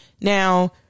Now